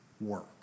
work